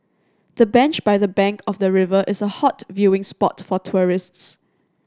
the bench by the bank of the river is a hot viewing spot for tourists